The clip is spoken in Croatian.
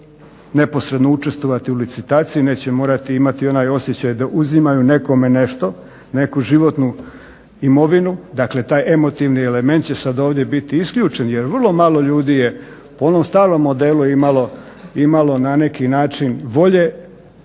neposredno učestvovati u licitaciji, neće morati imati onaj osjećaj da uzimaju nekome nešto, neku životnu imovinu. Dakle taj emotivni element će sad ovdje biti isključen jer vrlo malo ljudi je po onom starom modelu imalo na neki način volje